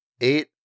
eight